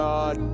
God